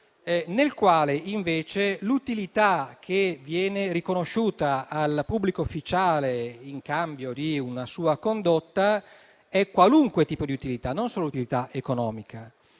nel quale, invece, l'utilità riconosciuta al pubblico ufficiale in cambio di una sua condotta è qualunque tipo di utilità, non solo economica.